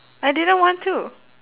I didn't want to